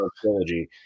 trilogy